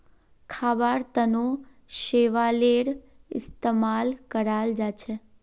खाबार तनों शैवालेर इस्तेमाल कराल जाछेक